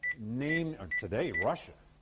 name and today russia.